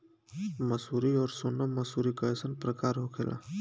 मंसूरी और सोनम मंसूरी कैसन प्रकार होखे ला?